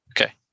Okay